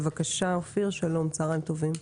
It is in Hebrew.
בבקשה, אופיר, שלום, צהריים טובים.